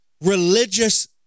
religious